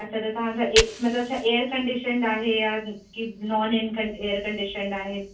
अच्छा त तव्हां छा आहे मतिलब छा एयर कंडीशन्ड आहे या की नॉन इन कं एयर कंडीशन्ड आहे